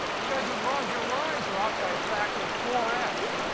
you guys are wrong your lines are off by a factor of four x.